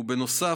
ובנוסף,